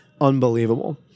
unbelievable